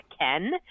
Ken